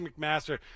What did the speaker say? McMaster